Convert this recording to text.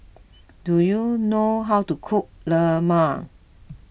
do you know how to cook Lemang